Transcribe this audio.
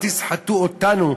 אל תסחטו אותנו,